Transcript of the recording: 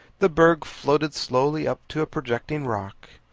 the berg floated slowly up to a projecting rock.